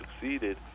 succeeded